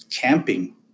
camping